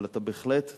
אבל אתה בהחלט צריך: